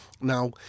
Now